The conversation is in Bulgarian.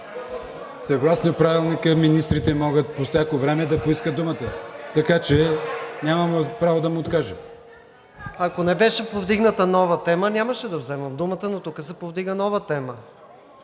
Съгласно Правилника министрите могат по всяко време да поискат думата, така че нямаме право да му откажем. МИНИСТЪР НИКОЛАЙ ДЕНКОВ: Ако не беше повдигната нова тема, нямаше да взимам думата, но тук се повдига нова тема.